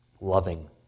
loving